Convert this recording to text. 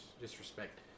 disrespect